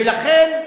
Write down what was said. ולכן,